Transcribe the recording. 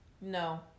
no